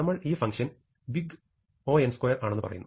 നമ്മൾ ഈ function big O ആണെന്ന് പറയുന്നു